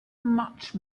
much